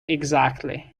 exactly